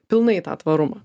pilnai į tą tvarumą